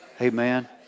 Amen